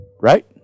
Right